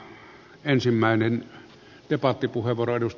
edustaja rajamäki